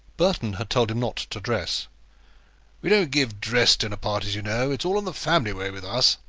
burton had told him not to dress we don't give dress dinner parties, you know. it's all in the family way with us,